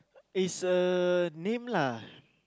is a name lah